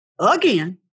again